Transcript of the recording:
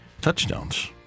Touchdowns